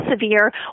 severe